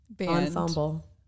ensemble